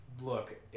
Look